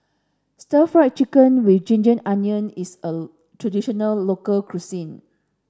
stir fried chicken with ginger onion is a traditional local cuisine